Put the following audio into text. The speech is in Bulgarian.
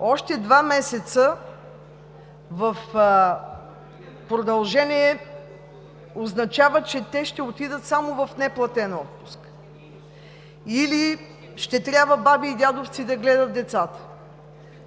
Още два месеца продължение означава, че те ще отидат само в неплатен отпуск, или ще трябва баби и дядовци да гледат децата.